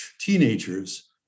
teenagers